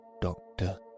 Doctor